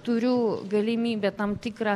turiu galimybę tam tikrą